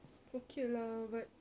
okay lah but